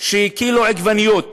שקילו עגבניות